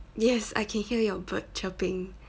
yes I can hear your bird chirping